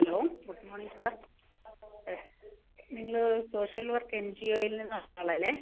hello good മോണിങ് sir നിങ്ങൾ social work എൻ ജി യോയിൽ നിന്നുള്ള ആളല്ലേ